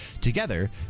Together